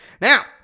Now